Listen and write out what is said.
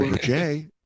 Jay